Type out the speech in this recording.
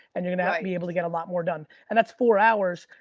and you're gonna be able to get a lot more done and that's four hours,